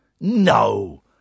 No